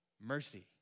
mercy